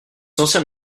anciens